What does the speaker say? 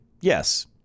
Yes